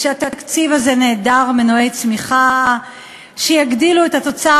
שהתקציב הזה נעדר מנועי צמיחה שיגדילו את התוצר